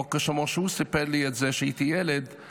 או כמו שהוא סיפר לי את זה כשהייתי ילד,